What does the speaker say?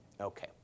Okay